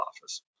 Office